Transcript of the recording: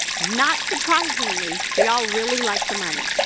not surprisingly, they all really liked the money.